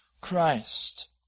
Christ